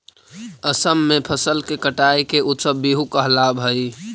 असम में फसल के कटाई के उत्सव बीहू कहलावऽ हइ